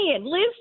Liz